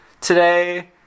today